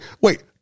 wait